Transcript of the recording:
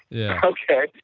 yeah okay?